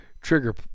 trigger